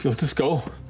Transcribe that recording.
this go?